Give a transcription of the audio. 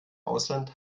ausland